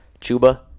Chuba